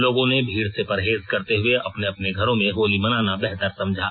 लोगों ने भीड़ से परहेज करते हुए अपने अपने घरों में होली मनाना बेहतर समझा